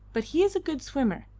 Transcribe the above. but he is a good swimmer,